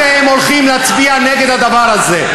אתם הולכים להצביע נגד הדבר הזה.